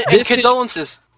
Condolences